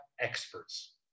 experts